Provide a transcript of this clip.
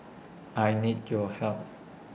I need your help